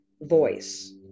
voice